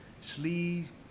Sleeves